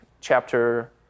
chapter